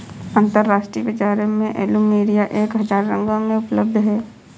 अंतरराष्ट्रीय बाजार में प्लुमेरिया एक हजार रंगों में उपलब्ध हैं